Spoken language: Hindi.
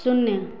शून्य